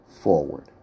forward